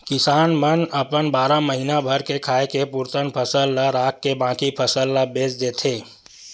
किसान मन अपन बारा महीना भर के खाए के पुरतन फसल ल राखके बाकी फसल ल बेच देथे